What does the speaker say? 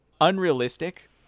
unrealistic